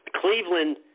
Cleveland